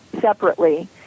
separately